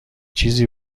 چیزی